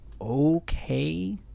okay